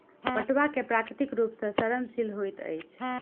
पटुआ प्राकृतिक रूप सॅ सड़नशील होइत अछि